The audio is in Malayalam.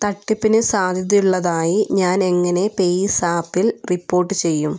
തട്ടിപ്പിന് സാധ്യതയുള്ളതായി ഞാൻ എങ്ങനെ പേയ്സാപ്പിൽ റിപ്പോർട്ട് ചെയ്യും